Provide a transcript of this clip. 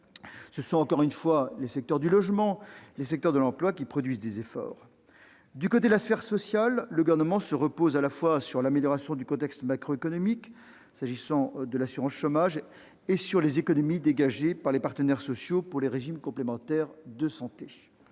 Ce sont, encore une fois, les secteurs du logement et de l'emploi qui produisent les efforts. Du côté de la sphère sociale, le Gouvernement se repose à la fois sur l'amélioration du contexte macroéconomique, s'agissant de l'assurance chômage, et sur les économies dégagées par les partenaires sociaux, pour les régimes complémentaires de santé